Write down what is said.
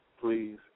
Please